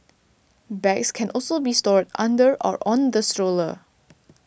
bags can also be stored under or on the stroller